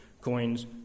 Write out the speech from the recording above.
Coins